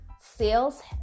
sales